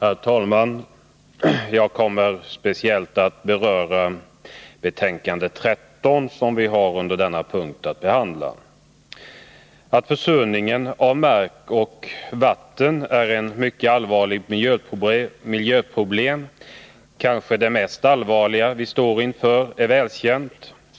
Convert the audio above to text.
Herr talman! Jag kommer att speciellt beröra betänkande nr 13 som vi har att behandla under denna punkt. Att försurningen av mark och vatten är ett mycket allvarligt miljöproblem, kanske det mest allvarliga vi står inför, är välkänt.